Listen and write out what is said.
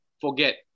forget